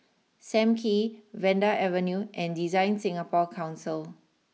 Sam Kee Vanda Avenue and DesignSingapore Council